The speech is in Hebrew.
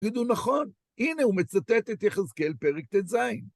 ידעו נכון? הנה הוא מצטט את יחזקאל פרק ט"ז.